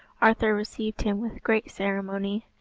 arthur received him with great ceremony,